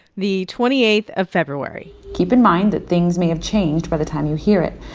the twenty eighth of february keep in mind that things may have changed by the time you hear it.